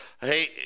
hey